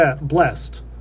blessed